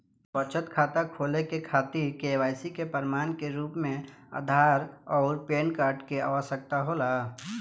बचत खाता खोले के खातिर केवाइसी के प्रमाण के रूप में आधार आउर पैन कार्ड के आवश्यकता होला